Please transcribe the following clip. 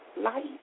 life